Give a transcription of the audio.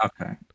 Okay